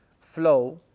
flow